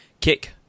Kick